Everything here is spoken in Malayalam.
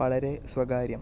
വളരെ സ്വകാര്യം